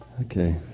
Okay